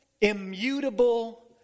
immutable